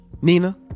Nina